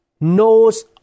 knows